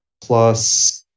Plus